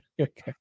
okay